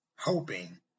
Hoping